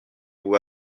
vous